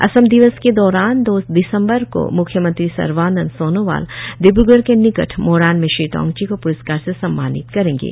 असम दिवस के दौरान दो दिसंबर को म्ख्यमंत्री सर्वानंद सोनोवाल डिबग्रूढ़ के निकट मोरान में श्री थोंगची को प्रस्कार से सम्मानित करेंगे